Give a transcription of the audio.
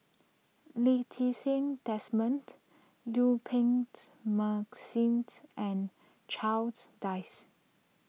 Lee Ti Seng Desmond Yuen Peng's mark since and Charles Dyce